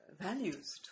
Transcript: values